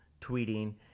tweeting